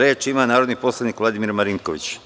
Reč ima narodni poslanik Vladimir Marinković.